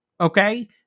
Okay